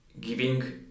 giving